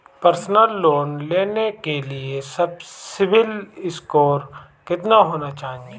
Personal loan लेने के लिए सिबिल स्कोर कितना होना चाहिए?